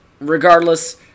regardless